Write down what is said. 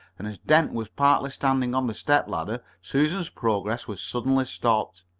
and as dent was partly standing on the step-ladder, susan's progress was suddenly stopped.